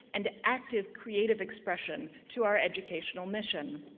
and active creative expression to our educational mission.